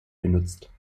benutzt